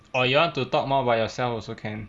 or you want to talk more about yourself also can